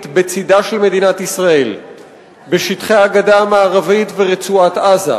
לצדה של מדינת ישראל בשטחי הגדה המערבית ורצועת-עזה,